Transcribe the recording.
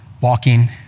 walking